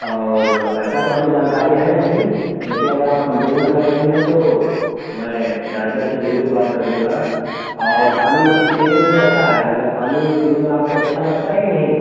और ऐसा तो हमें जानकारी है नहीं लेकिन अगर आप कंप्लेन कर रही हैं तो मैं डाइबर से जरूर बात करूँगा और पानी मतलब पीने में कैसा है मतलब पानी पीने में आपको अच्छा लगता है कि नहीं